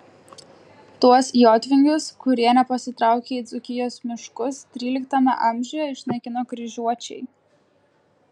tuos jotvingius kurie nepasitraukė į dzūkijos miškus tryliktame amžiuje išnaikino kryžiuočiai